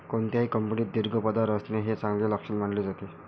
कोणत्याही कंपनीत दीर्घ पदावर असणे हे चांगले लक्षण मानले जाते